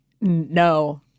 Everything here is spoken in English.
No